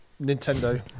Nintendo